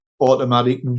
automatic